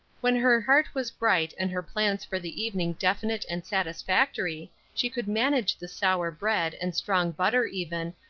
when her heart was bright and her plans for the evening definite and satisfactory, she could manage the sour bread and strong butter even,